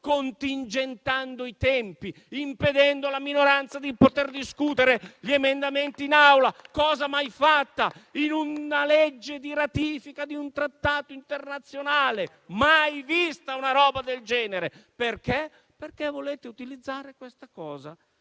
contingentando i tempi, impedendo alla minoranza di discutere gli emendamenti in Aula, cosa mai fatta in una legge di ratifica di un trattato internazionale. Mai visto niente del genere. E tutto questo perché volete utilizzare questa misura